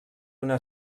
una